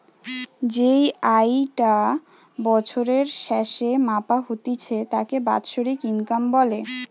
যেই আয়ি টা বছরের স্যাসে মাপা হতিছে তাকে বাৎসরিক ইনকাম বলে